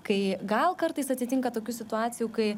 kai gal kartais atsitinka tokių situacijų kai